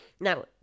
Now